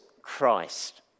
Christ